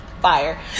Fire